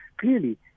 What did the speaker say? Clearly